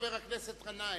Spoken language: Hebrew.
חבר הכנסת גנאים,